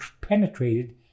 penetrated